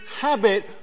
habit